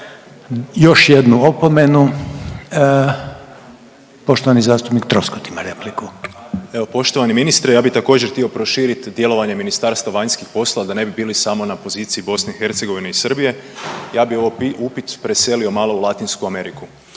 još jednu opomenu. Poštovani zastupnik Troskot ima repliku. **Troskot, Zvonimir (MOST)** Evo poštovani ministre ja bi također htio proširiti djelovanje Ministarstva vanjskih poslova da ne bi bili samo na poziciji BiH i Srbije, ja bi ovo upit preselio malo u Latinsku Ameriku.